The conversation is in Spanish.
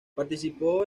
participó